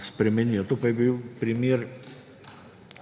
spremenijo. To pa je bil primer